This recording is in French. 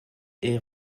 est